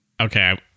Okay